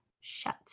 shut